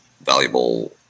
valuable